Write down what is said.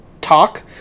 talk